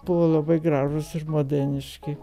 buvo labai gražūs modeniški